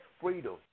freedom